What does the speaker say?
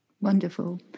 wonderful